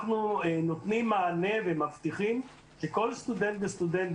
אנחנו נותנים מענה ומבטיחים שכל סטודנט וסטודנט,